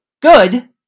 Good